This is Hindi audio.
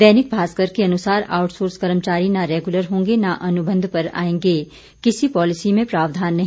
दैनिक भास्कर के अनुसार आउटसोर्स कर्मचारी न रेगुलर होंगे न अनुबंध पर आएंगे किसी पॉलीसी में प्रावधान नहीं